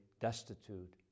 destitute